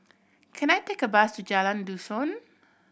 can I take a bus to Jalan Dusun